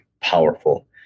powerful